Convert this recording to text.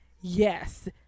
yes